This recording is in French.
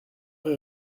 est